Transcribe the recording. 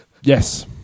Yes